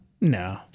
No